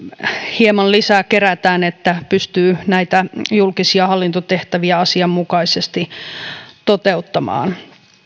hieman lisää kerätään että pystyy näitä julkisia hallintotehtäviä asianmukaisesti toteuttamaan